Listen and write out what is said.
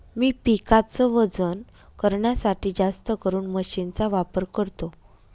मी पिकाच वजन करण्यासाठी जास्तकरून मशीन चा वापर करतो